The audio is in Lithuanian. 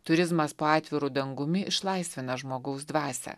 turizmas po atviru dangumi išlaisvina žmogaus dvasią